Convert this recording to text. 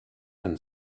and